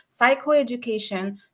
psychoeducation